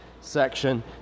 section